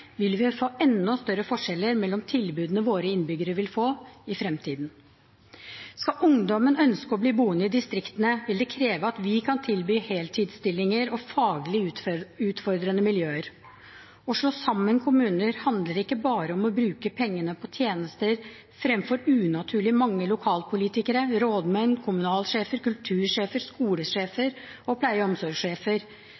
vil vi få enda større forskjeller mellom tilbudene våre innbyggere vil få i fremtiden. Skal ungdommen ønske å bli boende i distriktene, vil det kreve at vi kan tilby heltidsstillinger og faglig utfordrende miljøer. Å slå sammen kommuner handler ikke bare om å bruke pengene på tjenester, fremfor unaturlig mange lokalpolitikere, rådmenn, kommunalsjefer, kultursjefer,